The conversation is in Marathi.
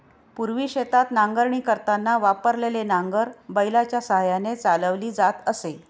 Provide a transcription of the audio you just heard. पूर्वी शेतात नांगरणी करताना वापरलेले नांगर बैलाच्या साहाय्याने चालवली जात असे